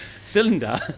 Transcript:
cylinder